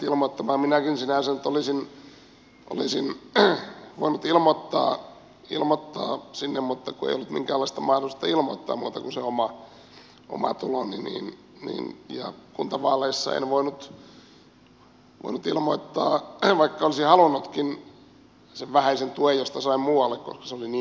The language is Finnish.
minäkin sinänsä nyt olisin voinut ilmoittaa sinne mutta ei ollut minkäänlaista mahdollisuutta ilmoittaa muuta kuin se oma tuloni ja kuntavaaleissa en voinut ilmoittaa vaikka olisin halunnutkin sitä vähäistä tukea jonka sain muualta koska se oli niin pieni